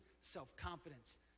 self-confidence